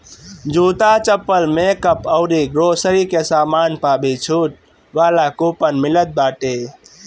जूता, चप्पल, मेकअप अउरी ग्रोसरी के सामान पअ भी छुट वाला कूपन मिलत बाटे